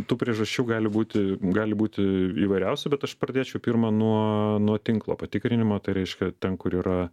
tų priežasčių gali būti gali būti įvairiausių bet aš pradėčiau pirma nuo nuo tinklo patikrinimo tai reiškia ten kur yra